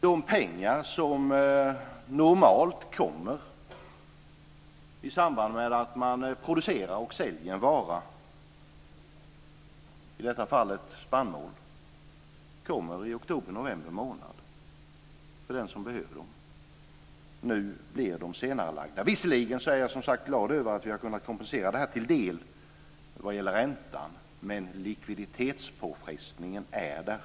De pengar som normalt kommer i samband med att man producerar och säljer en vara, i detta fall spannmål, kommer i oktober november månad för den som behöver dem. Nu blir de senarelagda. Visserligen är jag glad över att vi har kunnat kompensera det till del vad gäller räntan, men likviditetspåfrestningen finns där.